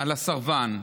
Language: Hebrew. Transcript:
על הסרבן,